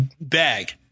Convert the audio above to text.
bag